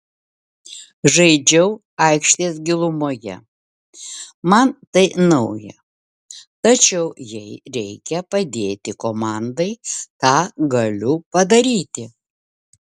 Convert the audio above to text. žaidžiau aikštės gilumoje man tai nauja tačiau jei reikia padėti komandai tą galiu padaryti